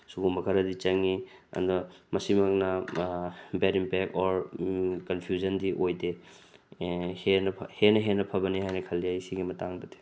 ꯁꯨꯒꯨꯝꯕ ꯈꯔꯗꯤ ꯆꯪꯉꯤ ꯑꯗꯣ ꯃꯁꯤꯃꯛꯅ ꯕꯦꯠ ꯏꯝꯄꯦꯛ ꯑꯣꯔ ꯀꯟꯐ꯭ꯌꯨꯖꯟꯗꯤ ꯑꯣꯏꯗꯦ ꯍꯦꯟꯅ ꯍꯦꯟꯅ ꯍꯦꯟꯅ ꯐꯕꯅꯤ ꯍꯥꯏꯅ ꯈꯜꯂꯤ ꯑꯩ ꯁꯤꯒꯤ ꯃꯇꯥꯡꯗꯗꯤ